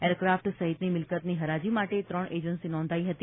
aircraft સહિતની મિલ્કતની હરાજી માટે ત્રણ એજન્સી નોંધાઇ હતી